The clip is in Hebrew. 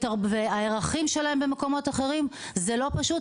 << יור >> אה, זה בנוסף.